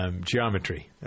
Geometry